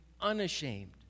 unashamed